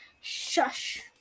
Shush